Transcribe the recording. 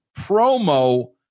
promo